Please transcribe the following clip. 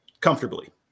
comfortably